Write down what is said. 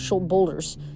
boulders